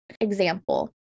Example